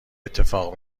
اتفاق